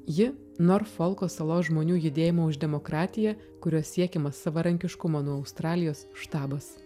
ji norfolko salos žmonių judėjimo už demokratiją kuriuo siekiama savarankiškumo nuo australijos štabas